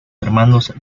hermanos